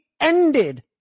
ended